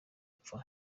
apfa